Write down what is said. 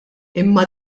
imma